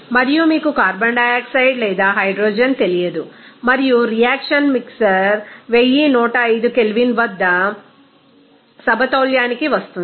మరియు మీకు carbon dioxide లేదా హైడ్రోజన్ తెలియదు మరియు రియాక్షన్ మిక్సర్ 1105 K వద్ద సమతౌల్యానికి వస్తుంది